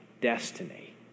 destiny